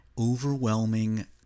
overwhelming